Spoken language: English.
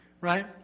right